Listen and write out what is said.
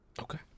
okay